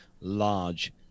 large